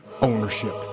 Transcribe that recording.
ownership